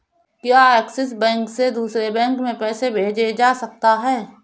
क्या Axis bank से दूसरे बैंक में पैसे भेजे जा सकता हैं?